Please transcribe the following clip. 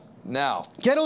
Now